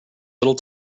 little